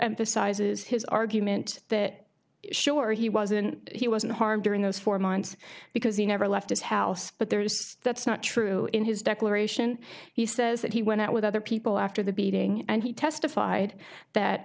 emphasizes his argument that sure he wasn't he wasn't harmed during those four months because he never left his house but there is that's not true in his declaration he says that he went out with other people after the beating and he testified that